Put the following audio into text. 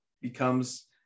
becomes